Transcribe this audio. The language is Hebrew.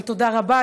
תודה רבה.